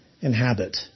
inhabit